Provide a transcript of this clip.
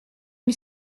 une